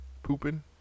pooping